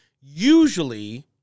Usually